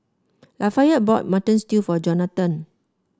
Lafayette bought Mutton Stew for Johnathan